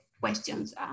questions